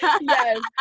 Yes